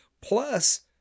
plus